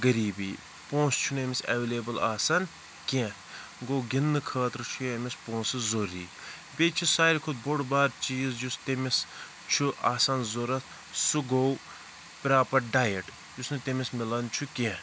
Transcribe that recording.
غریٖبی پونٛسہٕ چھُنہٕ أمِس ایٚولیبٕل آسان کینٛہہ گوٚو گِنٛدنہٕ خٲطرٕ چھُ أمِس پونٛسہٕ ضروٗری بیٚیہِ چھِ ساروی کھۄتہٕ بوٚڑ بار چیٖز یُس تٔمِس چھُ آسان ضروٗرَت سُہ گوٚو پرٛاپَر ڈایِٹ یُس نہٕ تٔمِس مِلان چھُ کینٛہہ